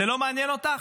זה לא מעניין אותך?